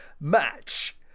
match